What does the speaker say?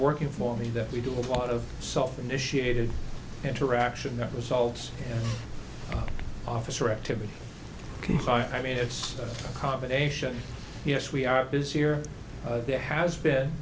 working for me that we do a lot of self initiated interaction that results officer activity i mean it's a combination yes we are busier there has been